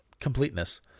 completeness